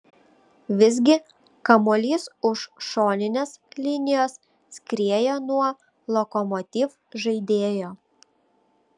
visgi kamuolys už šoninės linijos skriejo nuo lokomotiv žaidėjo